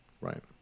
Right